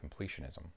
completionism